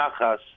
nachas